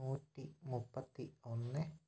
നൂറ്റി മുപ്പത്തി ഒന്ന്